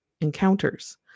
encounters